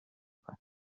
کنیم